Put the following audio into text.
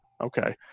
okay